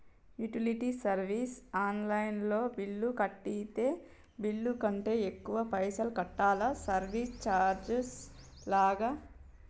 Utility service online లో bill కడితే bill కంటే ఎక్కువ పైసల్ కట్టాలా సర్వీస్ చార్జెస్ లాగా?